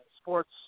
sports